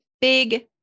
big